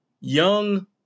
young